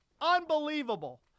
Unbelievable